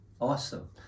Awesome